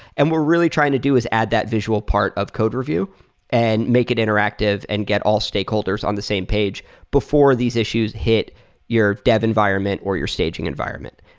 and we're really trying to do is add that visual part of code review and make it interactive and get all stakeholders on the same page before these issues hit your dev environment or your staging environment.